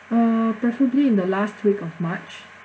uh preferably in the last week of march